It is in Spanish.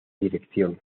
dirección